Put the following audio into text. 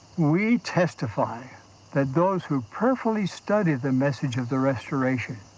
we testify that those who prayerfully study the message of the restoration